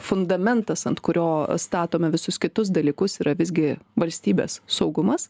fundamentas ant kurio statome visus kitus dalykus yra visgi valstybės saugumas